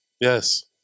Yes